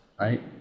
right